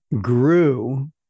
grew